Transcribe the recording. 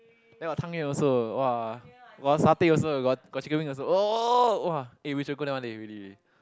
then got tang yuan also !wah! got satay also got got chicken wing also !oh! !wah! eh we should go one day really really